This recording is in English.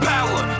Power